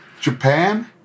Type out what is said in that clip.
Japan